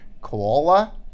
Koala